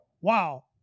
wow